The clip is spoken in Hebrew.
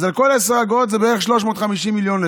אז על כל 10 אגורות זה בערך 350 מיליון לשנה.